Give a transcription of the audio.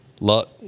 luck